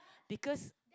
because